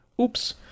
Oops